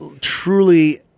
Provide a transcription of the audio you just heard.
truly